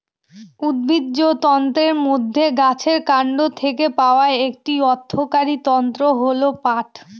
উদ্ভিজ্জ তন্তুর মধ্যে গাছের কান্ড থেকে পাওয়া একটি অর্থকরী তন্তু হল পাট